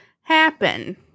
happen